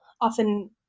often